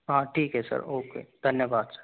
हाँ ठीक है सर ओके धन्यवाद